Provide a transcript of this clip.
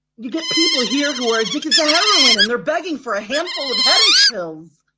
you get people here who are addicted to heroin and they're begging for a handful of headache pills.